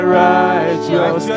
righteous